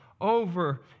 over